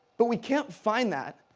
but we can't find that